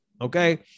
okay